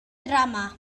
drama